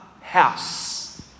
house